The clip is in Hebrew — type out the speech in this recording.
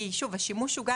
כי השימוש הוא,